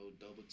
double